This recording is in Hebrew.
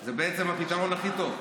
זה בעצם הפתרון הכי טוב.